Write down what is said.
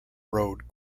road